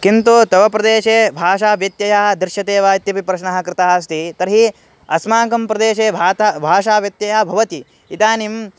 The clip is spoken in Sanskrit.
किन्तु तव प्रदेशे भाषाव्यत्ययः दृश्यते वा इत्यपि प्रश्नः कृतः अस्ति तर्हि अस्माकं प्रदेशे भाषा भाषाव्यत्ययः भवति इदानीं